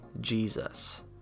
Jesus